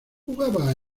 jugaba